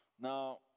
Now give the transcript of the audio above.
Now